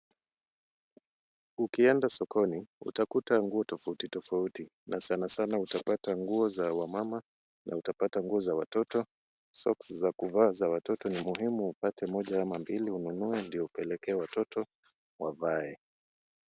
Ukienda sokoni, utakuta nguo tofauti tofauti na sana sana utapata nguo za wamama na utapata nguo za watoto. Soksi za kuvaa za watoto ni muhimu, upate moja ama mbili ununue ndio upelekee watoto wavae.